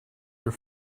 your